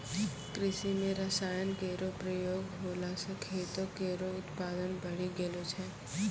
कृषि म रसायन केरो प्रयोग होला सँ खेतो केरो उत्पादन बढ़ी गेलो छै